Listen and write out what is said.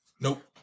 Nope